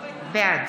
בעד